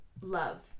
love